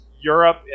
Europe